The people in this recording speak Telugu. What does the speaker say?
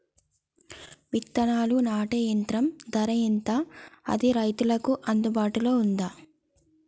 విత్తనాలు నాటే యంత్రం ధర ఎంత అది రైతులకు అందుబాటులో ఉందా?